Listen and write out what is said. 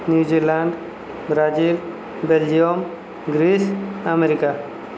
New Zealand Brazil Belgium Greece America